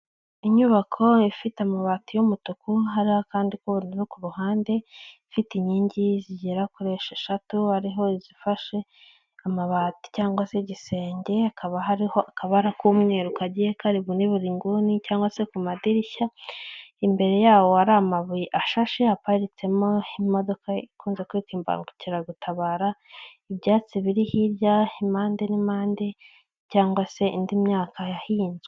Inyubako ifite amabati y'umutuku hari kandi ikonru ku ruhande ifite inkingi zigera kuri 6 ariho zifashe amabati cyangwa se igisenge hakaba hariho akabara k'umweru kagiye kari kuri buri inguni cyangwag se ku madirishya imbere yawo ari amabuye ashashe aparitsemomo ikunze kwita imbangukiragutabara ibyatsi biri hirya impande n'impande cyangwa se indi myaka yahinzwe.